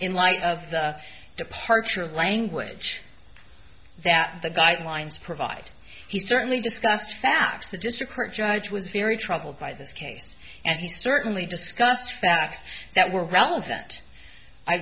in light of the departure of language that the guidelines provide he certainly discussed facts the district court judge was very troubled by this case and he certainly discussed facts that were relevant i